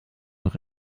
noch